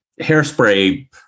hairspray